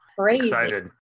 excited